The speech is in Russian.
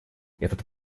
этот